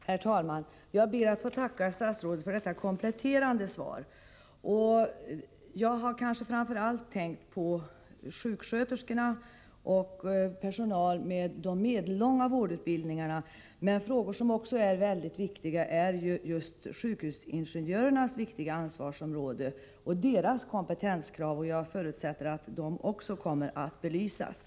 Herr talman! Jag ber att få tacka statsrådet för detta kompletterande svar. Jag har kanske tänkt framför allt på sjuksköterskorna och annan personal som har medellång vårdutbildning. Andra frågor som också är mycket viktiga är bl.a. sjukhusingenjörernas särskilda ansvarsområde och kraven på deras kompetens. Jag förutsätter att dessa frågor också kommer att belysas.